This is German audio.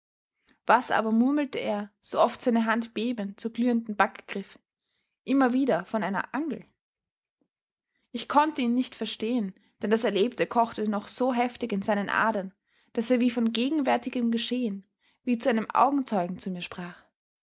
was aber murmelte er so oft seine hand bebend zur glühenden backe griff immer wieder von einer angel ich konnte ihn nicht verstehen denn das erlebte kochte noch so heftig in seinen adern daß er wie von gegenwärtigem geschehen wie zu einem augenzeugen zu mir sprach